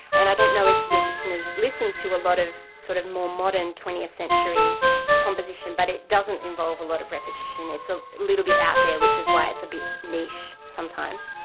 and i don't know if your listeners listen to a lot of sort of more modern twentieth century composition, but it doesn't involve a lot of repetition, it's a little bit out-there, which is why it's a bit niche sometimes.